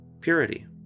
purity